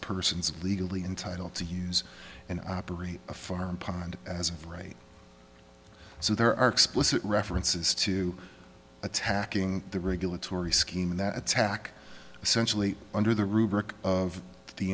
persons legally entitled to use and operate a farm pond as of right so there are explicit references to attacking the regulatory scheme in that attack essentially under the